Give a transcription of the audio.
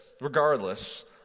regardless